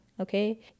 okay